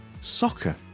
soccer